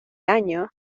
años